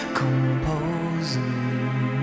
composing